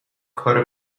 کار